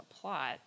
plot